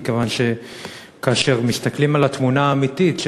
מכיוון שכאשר מסתכלים על התמונה האמיתית של